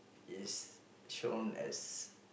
is shown as